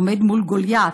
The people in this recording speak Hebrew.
עומד מול גוליית.